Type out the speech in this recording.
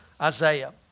Isaiah